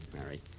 Mary